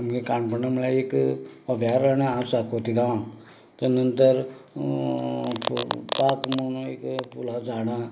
आमगें काणकोणा म्हणल्यार एक अभ्यारण्य आसा खोतीगांवांक ताज्या नंतर पांच एक फुलां झाडां